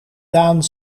daan